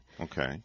Okay